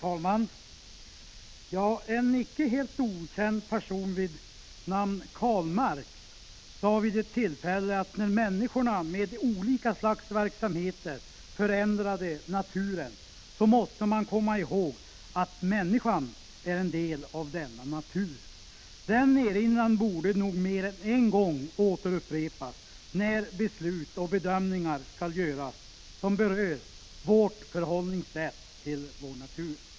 Herr talman! En icke helt okänd person vid namn Karl Marx sade vid ett tillfälle att när människorna genom olika slags verksamheter förändrade naturen så måste man komma ihåg att människan är en del av denna natur. Denna erinran borde nog mer än en gång upprepas när beslut och bedömningar skall göras som berör vårt förhållningssätt till naturen.